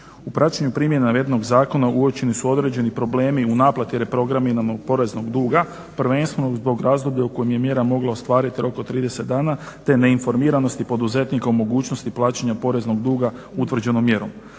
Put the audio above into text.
U praćenju primjena navedenog zakona uočeni su određeni problemi u naplati reprogramiranog poreznog duga, prvenstveno zbog razdoblja u kojem je mjera mogla ostvarit rok od 30 dana te neinformiranosti poduzetnika o mogućnosti plaćanja poreznog duga utvrđenom mjerom.